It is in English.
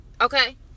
Okay